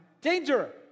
Danger